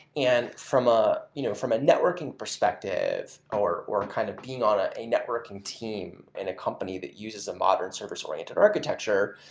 and from a you know from a networking perspective, or or kind of being on a a networking team in a company that uses a modern service-oriented architecture,